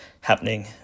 happening